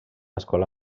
escola